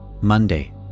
Monday